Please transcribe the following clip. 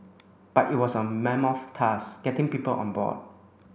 but it was a mammoth task getting people on board